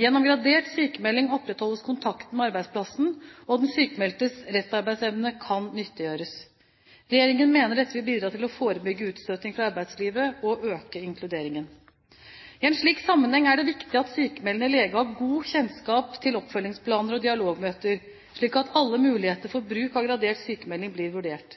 Gjennom gradert sykmelding opprettholdes kontakten med arbeidsplassen, og den sykmeldtes restarbeidsevne kan nyttiggjøres. Regjeringen mener dette vil bidra til å forebygge utstøting fra arbeidslivet og øke inkluderingen. I en slik sammenheng er det viktig at sykmeldende lege har god kjennskap til oppfølgingsplaner og dialogmøter, slik at alle muligheter for bruk av gradert sykmelding blir vurdert.